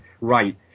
right